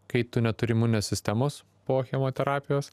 kai tu neturi imuninės sistemos po chemoterapijos